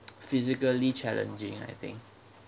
physically challenging I think